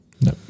No